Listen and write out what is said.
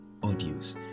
audios